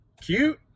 cute